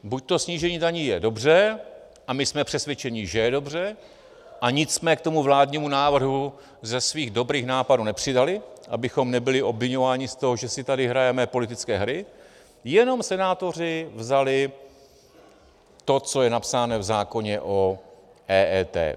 Buďto snížení daní je dobře, a my jsme přesvědčeni, že je dobře, a nic jsme k tomu vládnímu návrhu ze svých dobrých nápadů nepřidali, abychom nebyli obviňováni z toho, že si tady hrajeme politické hry, jenom senátoři vzali to, co je napsáno v zákoně o EET.